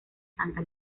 santa